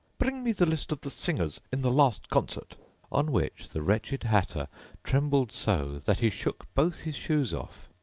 bring me the list of the singers in the last concert on which the wretched hatter trembled so, that he shook both his shoes off.